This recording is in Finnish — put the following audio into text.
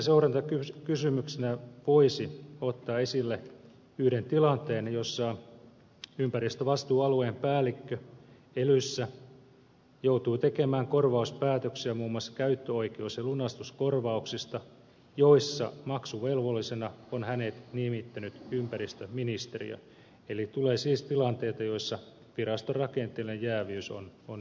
yksittäisenä seurantakysymyksenä voisi ottaa esille yhden tilanteen jossa ympäristövastuualueen päällikkö elyssä joutuu tekemään korvauspäätöksiä muun muassa käyttöoikeus ja lunastuskorvauksista joissa maksuvelvollisena on hänet nimittänyt ympäristöministeriö eli tulee siis tilanteita joissa viraston rakenteellinen jääviys on hyvin lähellä